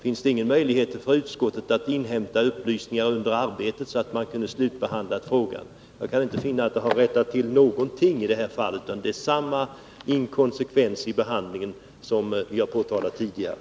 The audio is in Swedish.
Fanns det ingen möjlighet för utskottet att inhämta upplysningar under arbetet, så att man kunde ha slutbehandlat frågan? Jag kan inte finna att det senaste inlägget har rättat till någonting, utan det är samma inkonsekvens i behandlingen som jag har påtalat tidigare.